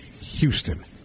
Houston